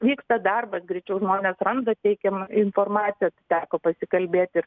vyksta darbas greičiau žmonės randa teikiamą informatiką tai teko pasikalbėt ir